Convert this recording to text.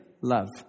love